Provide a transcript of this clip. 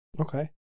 Okay